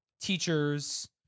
teachers